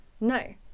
No